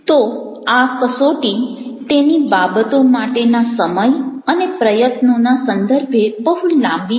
તો આ કસોટી તેની બાબતો માટેના સમય અને પ્રયત્નોના સંદર્ભે બહુ લાંબી નથી